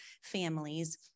families